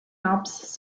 alps